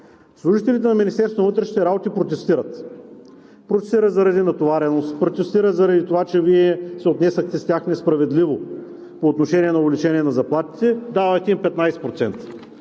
Служителите на Министерството на вътрешните работи протестират – протестират заради натовареност, протестират заради това, че Вие се отнесохте с тях несправедливо по отношение на увеличение на заплатите, давате им 15%.